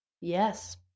Yes